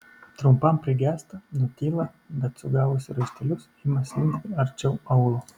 trumpam prigęsta nutyla bet sugavusi raištelius ima slinkti arčiau aulo